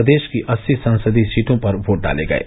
प्रदेष की अस्सी संसदीय सीटों पर वोट डाले गये